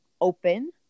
open